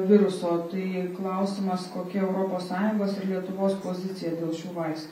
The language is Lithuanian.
viruso tai klausimas kokia europos sąjungos ir lietuvos pozicija dėl šių vaistų